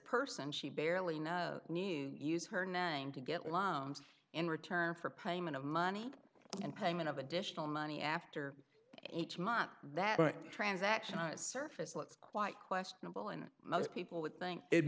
person she barely know knew use her name to get loans in return for payment of money and payment of additional money after each month that transaction eyes surface looks quite questionable and most people would think it